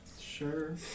Sure